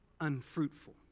unfruitful